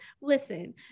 listen